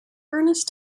ernest